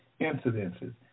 incidences